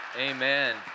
Amen